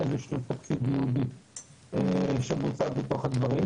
של BOL פארמה.